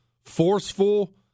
forceful